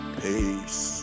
peace